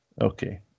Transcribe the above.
Okay